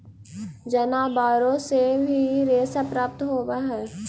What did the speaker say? जनावारो से भी रेशा प्राप्त होवऽ हई